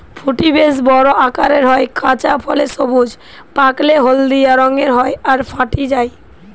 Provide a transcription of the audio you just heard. ফুটি বেশ বড় আকারের হয়, কাঁচা ফল সবুজ, পাকলে হলদিয়া রঙের হয় আর ফাটি যায়